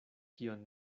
kion